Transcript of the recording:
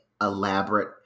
elaborate